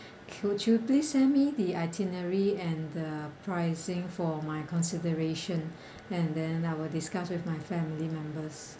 could you please send me the itinerary and the pricing for my consideration and then I will discuss with my family members